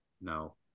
No